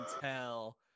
tell